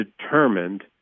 determined